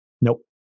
Nope